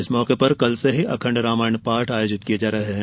इस मौके पर कल से ही अखण्ड रामायण पाठ आयोजित किये जा रहे हैं